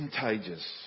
contagious